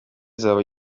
izaba